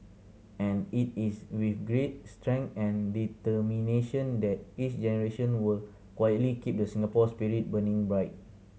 and it is with grit strength and determination that each generation will quietly keep the Singapore spirit burning bright